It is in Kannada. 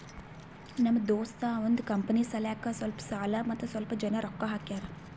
ನಮ್ ದೋಸ್ತ ಅವಂದ್ ಕಂಪನಿ ಸಲ್ಯಾಕ್ ಸ್ವಲ್ಪ ಸಾಲ ಮತ್ತ ಸ್ವಲ್ಪ್ ಜನ ರೊಕ್ಕಾ ಹಾಕ್ಯಾರ್